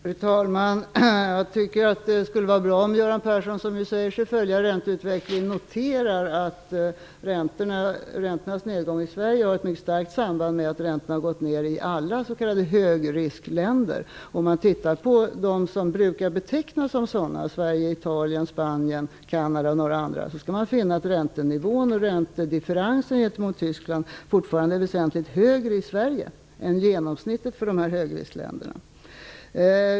Fru talman! Jag tycker att det skulle vara bra om Göran Persson, som ju säger sig följa ränteutvecklingen, noterar att räntornas nedgång i Sverige har ett mycket starkt samband med att räntorna har gått ned i alla s.k. högriskländer. Om man tittar på de länder som brukar betecknas som sådan, dvs. Sverige, Italien, Spanien, Kanada och några andra, skall man finna att räntedifferensen gentemot Tyskland fortfarande är väsentligt större i Sverige än vad som är genomsnittet för dessa högriskländer.